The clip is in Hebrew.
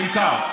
נמכר.